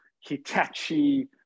Hitachi